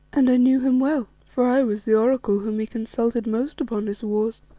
and i knew him well, for i was the oracle whom he consulted most upon his wars,